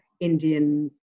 Indian